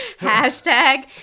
Hashtag